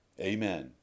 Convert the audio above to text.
Amen